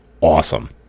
awesome